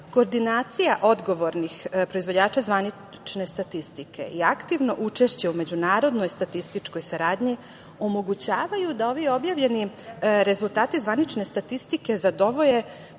koordinacija odgovornih proizvođača zvanične statistike je aktivno učešće u međunarodnoj statističkoj saradnji omogućavaju da ovi objavljeni rezultati zvanične statistike zadovolje